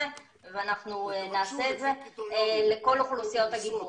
ואנחנו נעשה את זה לכל אוכלוסיות הגיוון.